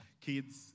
kids